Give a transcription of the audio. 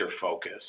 focus